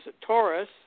Taurus